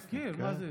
הזכיר, מה זה הזכיר.